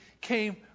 came